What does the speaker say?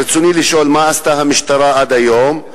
רצוני לשאול: 1. מה עשתה המשטרה עד היום?